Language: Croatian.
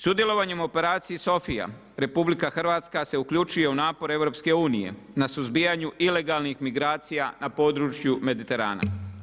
Sudjelovanjem operaciji SOPHIJA, RH se uključuje u napor EU, na suzbijanju ilegalnih migracija na području Mediterana.